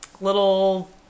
little